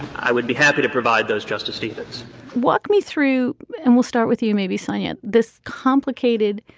i would be happy to provide those justice stevens walk me through and we'll start with you maybe saying it this complicated